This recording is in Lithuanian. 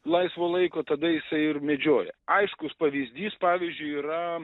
laisvo laiko tada jisai ir medžioja aiškus pavyzdys pavyzdžiui yra